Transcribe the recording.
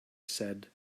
said